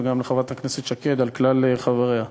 וגם לוועדת חברת הכנסת שקד על כלל חבריה.